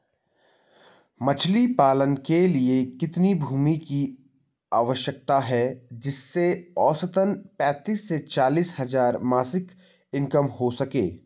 मछली पालन के लिए कितनी भूमि की आवश्यकता है जिससे औसतन पैंतीस से चालीस हज़ार मासिक इनकम हो सके?